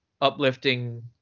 uplifting